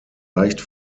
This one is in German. leicht